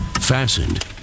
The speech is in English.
fastened